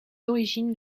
origines